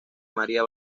maría